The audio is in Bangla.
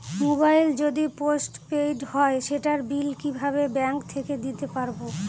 মোবাইল যদি পোসট পেইড হয় সেটার বিল কিভাবে ব্যাংক থেকে দিতে পারব?